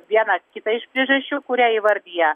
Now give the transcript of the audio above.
vieną kitą iš priežasčių kurią įvardija